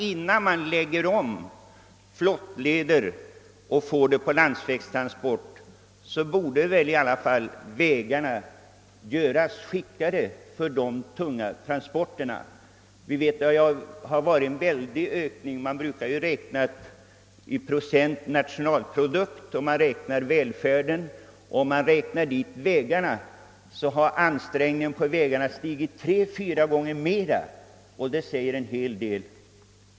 Innan man lägger ned flottleder och överför transporterna till landsväg borde väl i alla fall vägarna göras skickade för dessa tunga transporter. Vi vet att belastningen har ökat oerhört. När man talar om bruttonationalprodukt och välfärd brukar man ju räkna i procent. I relation till denna har vägarnas belastning stigit 3—4 gånger snabbare, och det säger en hel del.